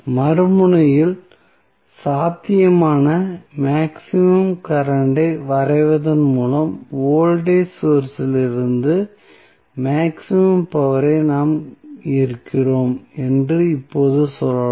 மறுமுனையில் சாத்தியமான maximum current ஐ வரைவதன் மூலம் வோல்டேஜ் சோர்ஸ் இலிருந்து மேக்ஸிமம் பவர் ஐ நாம் ஈர்க்கிறோம் என்று இப்போது சொல்லலாம்